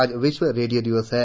आज विश्व रेडियो दिवस है